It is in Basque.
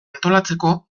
antolatzeko